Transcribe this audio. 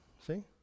See